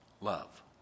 love